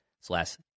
slash